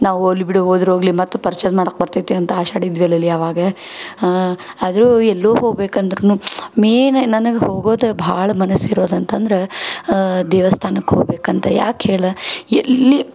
ನಾವು ಹೋಗ್ಲಿ ಬಿಡು ಹೋದ್ರ್ ಹೋಗ್ಲಿ ಮತ್ತು ಪರ್ಚೇಸ್ ಮಾಡೋಕ್ ಬರ್ತೈತಿ ಅಂತ ಆಶಾಡಿದ್ವಲ್ಲೆಲೇ ಆವಾಗ ಆದರೂ ಎಲ್ಲೂ ಹೋಗ್ಬೇಕಂದರೂ ಮೇಯ್ನ್ ನನಗೆ ಹೊಗೋದು ಭಾಳ ಮನಸು ಇರೋದು ಅಂತಂದ್ರೆ ದೇವಸ್ಥಾನಕ್ ಹೋಗ್ಬೇಕಂತ ಯಾಕೆ ಹೇಳು ಎಲ್ಲಿ